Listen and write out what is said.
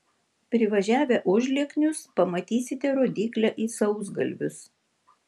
privažiavę užlieknius pamatysite rodyklę į sausgalvius